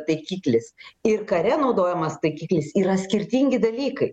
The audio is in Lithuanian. taikiklis ir kare naudojamas taikiklis yra skirtingi dalykai